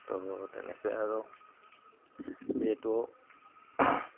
তো তেনেকৈ আৰু যিহেতু